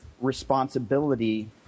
responsibility